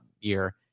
year